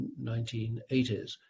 1980s